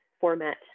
format